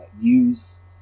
use